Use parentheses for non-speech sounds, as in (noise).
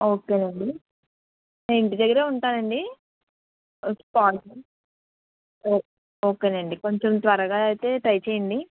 ఓకేనండీ నేను ఇంటి దగ్గరే ఉంటానండీ (unintelligible) ఓకేనండీ కొంచం త్వరగా అయితే ట్రై చేయండి